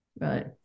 Right